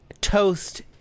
toast